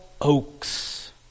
oaks